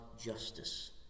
justice